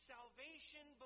Salvation